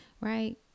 right